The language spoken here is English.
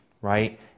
right